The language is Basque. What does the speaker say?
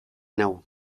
nau